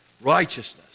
righteousness